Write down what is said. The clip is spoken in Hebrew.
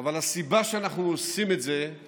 אבל הסיבה שאנחנו עושים את זה היא